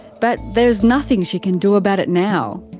but there's nothing she can do about it now.